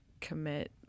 commit